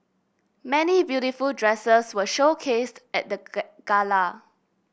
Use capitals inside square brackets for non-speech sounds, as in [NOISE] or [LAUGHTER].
many beautiful dresses were showcased at the [UNINTELLIGIBLE] gala